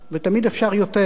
ותמיד אפשר יותר,